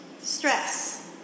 stress